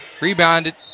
Rebounded